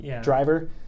driver